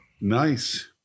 Nice